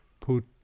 put